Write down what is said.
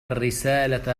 الرسالة